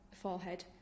forehead